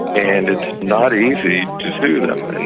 and it's not easy to sue them.